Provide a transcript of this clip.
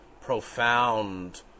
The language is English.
Profound